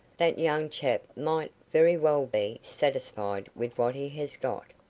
that young chap might very well be satisfied with what he has got.